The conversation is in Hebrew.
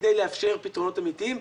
כדי לאפשר פתרונות אמיתיים.